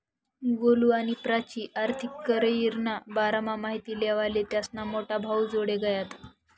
गोलु आणि प्राची आर्थिक करीयरना बारामा माहिती लेवाले त्यास्ना मोठा भाऊजोडे गयात